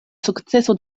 sukceso